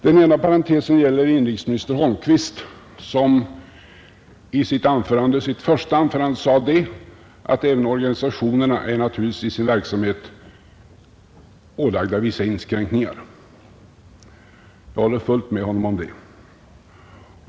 Den ena parentesen gäller inrikesministern Holmqvist som i sitt första anförande sade, att även organisationerna är naturligtvis i sin verksamhet ålagda vissa inskränkningar. Jag håller fullt med honom om det.